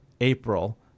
April